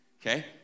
Okay